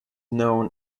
known